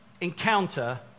encounter